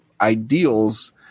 ideals –